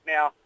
Now